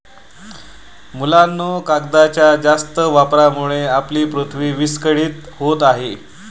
मुलांनो, कागदाच्या जास्त वापरामुळे आपली पृथ्वी विस्कळीत होत आहे